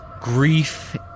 grief